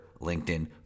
LinkedIn